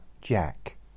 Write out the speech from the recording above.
Jack